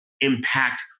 impact